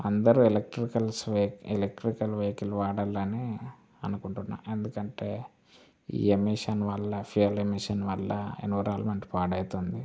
అందరు electricals electrical vehicle వాడాలని అనుకుంటున్నాను ఎందుకంటే ఈ ఎమిషన్ వల్ల ఫుయెల్ ఎమిషన్ వల్ల ఎన్విరాన్మెంట్ పాడైతుంది